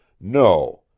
No